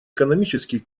экономический